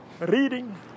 reading